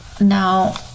now